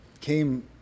came